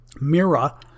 Mira